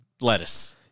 Lettuce